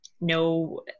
no